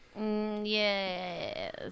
Yes